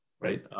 right